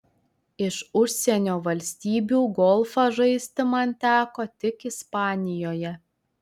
iš užsienio valstybių golfą žaisti man teko tik ispanijoje